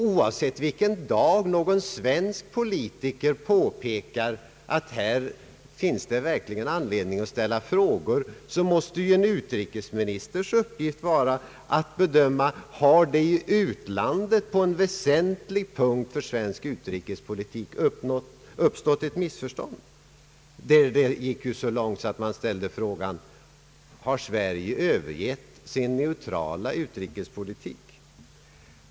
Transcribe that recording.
Oavsett vilken dag någon svensk politiker påpekar att det här verkligen finns anledning att ställa frågor måste ju en utrikesministers uppgift vara att bedöma om det i utlandet på en för svensk utrikespolitik väsentlig punkt har uppstått ett missförstånd. Det gick ju så långt att man ställde frågan: Har Sverige övergett sin neutrala utrikespolitik?